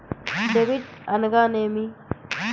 Debit అనగానేమి?